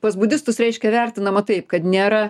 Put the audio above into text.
pas budistus reiškia vertinama taip kad nėra